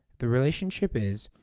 the relationship is,